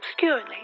obscuringly